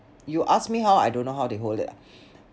you ask me how I don't know how they hold it ah